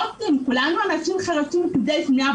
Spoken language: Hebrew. מה לעשות, כולנו אנשים חירשים וכבדי שמיעה.